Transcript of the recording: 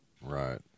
Right